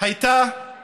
הייתה